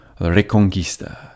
Reconquista